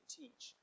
teach